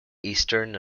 eastern